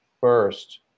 first